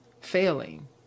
failing